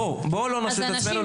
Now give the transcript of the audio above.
בואו לא נשלה את עצמנו,